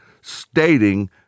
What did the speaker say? stating